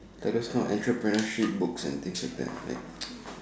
but that's not entrepreneurship books and things like that like